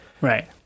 Right